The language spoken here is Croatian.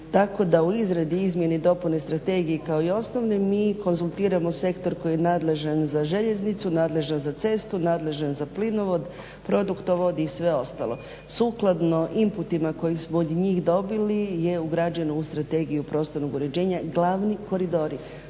Tako da u izradi izmjene i dopune Strategije kao i …/Govornik se ne razumije./… mi konzultiramo sektor koji je nadležan za željeznicu, nadležan za cestu, nadležan za plinovod, produktovodi i sve ostalo. Sukladno imputima koje smo od njih dobili je ugrađeno u Strategiju prostornog uređenja, glavni koridori